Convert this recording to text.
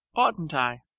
oughtn't i?